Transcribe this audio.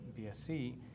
BSC